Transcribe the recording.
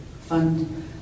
fund